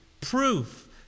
Proof